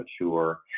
mature